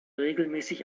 regelmäßig